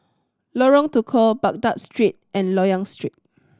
Lorong Tukol Baghdad Street and Loyang Street